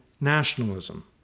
nationalism